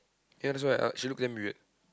you know that's why uh she look damn weird